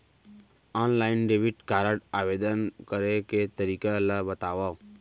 Online debit card आवेदन करे के तरीका ल बतावव?